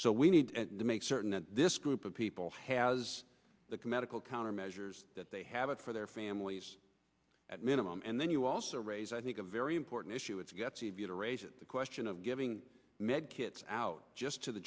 so we need to make certain that this group of people has the commendable countermeasures that they have it for their families at minimum and then you also raise i think a very important issue it's got cv to raise the question of giving med kits out just t